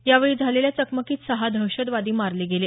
यावेळी झालेल्या चकमकीत सहा दहशतवादी मारले गेले